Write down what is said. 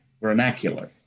vernacular